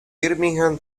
birmingham